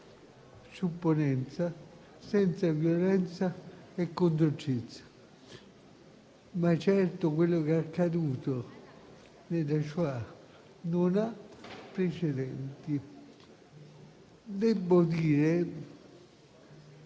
supponenza, senza violenza e con dolcezza. Ma certo quello che è accaduto nella Shoah non ha precedenti. Debbo dire